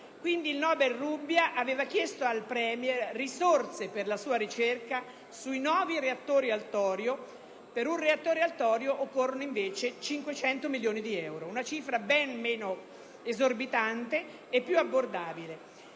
il premio Nobel Rubbia aveva chiesto al Premier risorse per la sua ricerca sui nuovi reattori al torio. Per un reattore al torio, infatti, occorrono 500 milioni di euro, ossia una cifra ben meno esorbitante e più abbordabile.